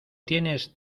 tienes